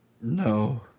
No